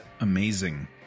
amazing